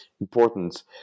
importance